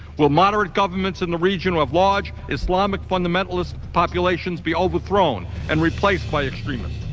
will moderate governments in the region who have large islamic fundamentalist populations be overthrown and replaced by extremists?